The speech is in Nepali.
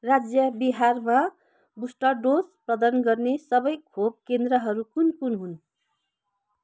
राज्य बिहारमा बुस्टर डोज प्रदान गर्ने सबै खोप केन्द्रहरू कुन कुन हुन्